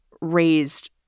raised